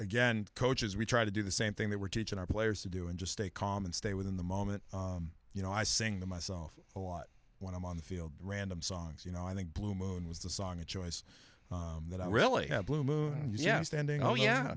again coaches we try to do the same thing that we're teaching our players to do and just stay calm and stay within the moment you know i sing the myself a lot when i'm on the field random songs you know i think blue moon was the song a choice that i really had blue moon yeah standing oh yeah